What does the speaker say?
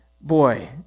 Boy